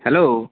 hello